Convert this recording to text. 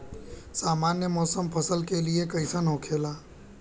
सामान्य मौसम फसल के लिए कईसन होखेला?